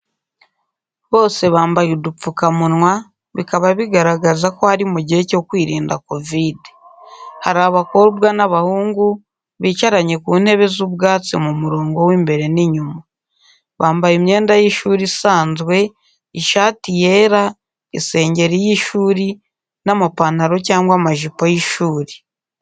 Bose bambaye udupfukamunwa, bikaba bigaragaza ko ari mu gihe cyo kwirinda kovide. Hari abakobwa n’abahungu, bicaranye ku ntebe z’ubwatsi mu murongo w’imbere n’inyuma. Bambaye imyenda y’ishuri isanzwe, ishati yera, isengeri y’ishuri n’amapantaro cyangwa amajipo y’ishuri.